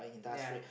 ya